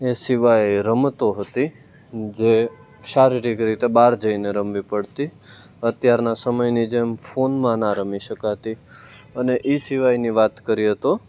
એ સિવાય રમતો હતી જે શારીરિક રીતે બહાર જઈને રમવી પડતી અત્યારના સમયની જેમ ફોનમાં ન રમી શકાતી અને ઈ સિવાયની વાત કરીએ તો